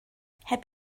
heb